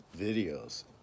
videos